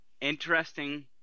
Interesting